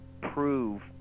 prove